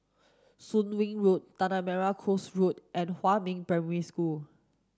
Soon Wing Road Tanah Merah Coast Road and Huamin Primary School